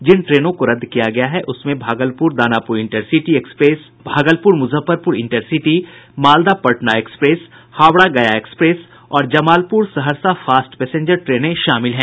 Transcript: जिन ट्रेनों को रद्द किया गया है उसमें Bhagalpur Danapur intercity एक्सप्रेसभागलपुर Muzaffarpur intercity Malda Patna express Howrah गया एक्सप्रेस और जमालपुर सहरसा फास्ट पैसेंजर ट्रेने शामिल हैं